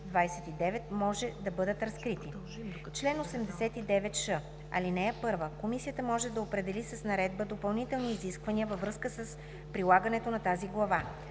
може да бъдат разкрити. Чл. 89ш. (1) Комисията може да определи с наредба допълнителни изисквания във връзка с прилагането на тази глава.